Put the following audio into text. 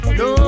no